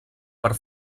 per